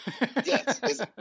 yes